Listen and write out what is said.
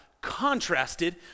contrasted